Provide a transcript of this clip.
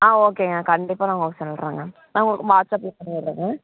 ஆ ஓகேங்க கண்டிப்பாக நான் உங்களுக்கு சொல்லுறேங்க ஆ உங்களுக்கு வாட்ஸ்அப் விடுறேங்க